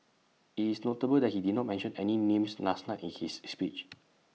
IT is notable that he did not mention any names last night in his speech